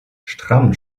stramm